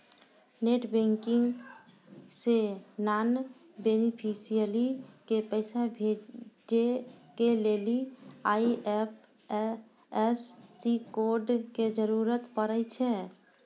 net banking से non beneficiary के पैसा भेजै के लेली आई.एफ.एस.सी कोड के जरूरत पड़ै छै